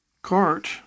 cart